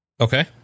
Okay